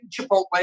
Chipotle